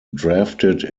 drafted